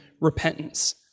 repentance